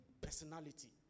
personality